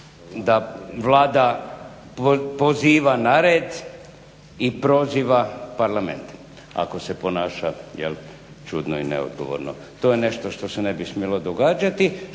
da Vlada poziva na red i proziva parlament ako se ponaša je li, čudno i neodgovorno. To je nešto šta se ne bi smjelo događati,